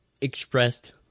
expressed